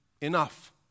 enough